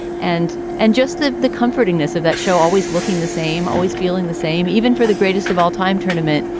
and and just the the comforting this of that show, always looking the same. always feeling the same, even for the greatest of all time tournament.